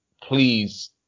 please